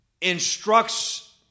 instructs